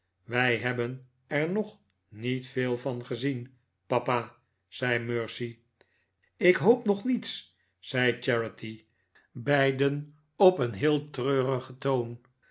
wij hebben er nog niet veel van gezien t papa zei mercy ik hoop nog niets zei charity beiden op een heel treurigen toon